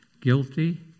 guilty